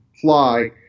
fly